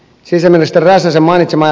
sisäministeri räsäsen mainitsemaan